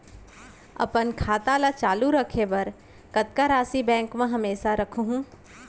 अपन खाता ल चालू रखे बर कतका राशि बैंक म हमेशा राखहूँ?